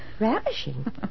Ravishing